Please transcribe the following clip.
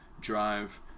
drive